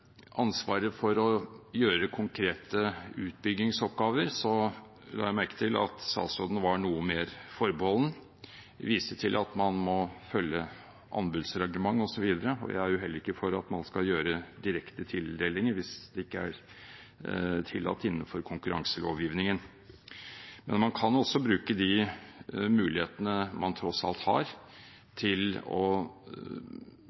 ansvaret for konkrete utbyggingsoppgaver, la jeg merke til at statsråden var noe mer forbeholden og viste til at man må følge anbudsreglement osv. Jeg er jo heller ikke for at man skal foreta direkte tildelinger hvis det ikke er tillatt etter konkurranseloven, men man kan altså bruke de mulighetene man tross alt har,